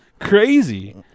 Crazy